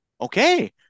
okay